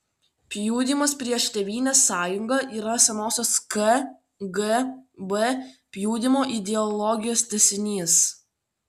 pjudymas prieš tėvynės sąjungą yra senosios kgb pjudymo ideologijos tęsinys